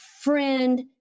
friend